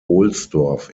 ohlsdorf